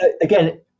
again